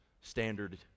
standard